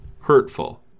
hurtful